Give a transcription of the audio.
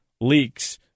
leaks